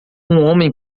homem